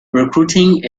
recruiting